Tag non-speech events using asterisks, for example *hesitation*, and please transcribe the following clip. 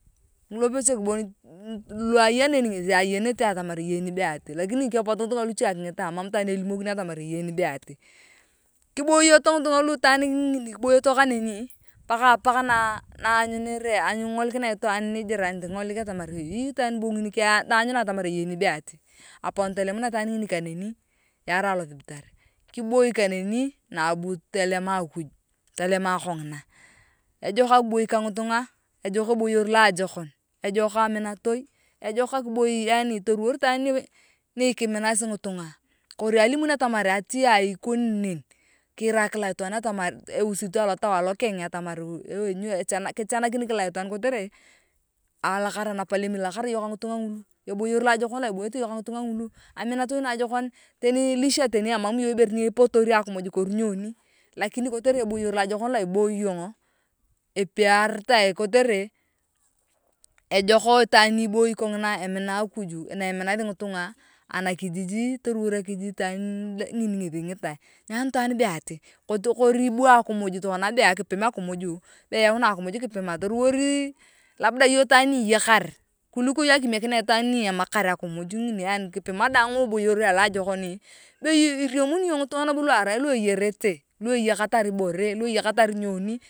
Ngulopechek bon *hesitation* lua nye neni ngesi ayerete atamar nibe ati mam itwaan kilimokini atamar eyei nibe ati kitoyoto ngitunga ngulu itwaan ngini kiboyoto kaneneni paka apak naaa nanyunee nengolikinoa itwaan nijiranit atamar be itwaan be ngini eyei nibe ati aponi tolimainao itwaan ngini kaneni nabu tolema akuj tolema kongina ejok akiboi ka ngituga ajok eboyor loajokon ejok aminatoi ejok akiboiii yaani toruwor itaan nikiminasi ngitunga kori alimun atamar ati beee ikoni ne kiira kik kila itwaan atamar eeee uzito alotau alokeng atamar woeee kichanakin kila itwaan kotere alakara napeleng ilakara yong ka ngitunga ngulu eboyor loajokon lo eboyete iyong ka ngitunga ngulu aminatoi naajokon teni lisha teni emam iyong ibore ni epotori akimuj kori nyoni lakini kotere eboyor loajokon lo iboi iyong epiaritae kotere ejok itaan ni iboyi kongina emina akuj na eminathi ngitunga anakijiji toriwor akijiji itwaan ngini ngethiingiyae nyani itaan be ati kori bua akimuj tokana be akipim akimuj be yaunae akimuj kipimae toriwor labda yong itaan ni eyakar kwika yong akimiekina itwaan niemakar akimuj yaani kipima daang eboyor aloajokon be inamuni ngitunga nabo luarai lei eyerete lua eyakatar ibore lu eyakatar nyoniiii.